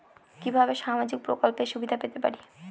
কিভাবে সামাজিক প্রকল্পের সুবিধা পেতে পারি?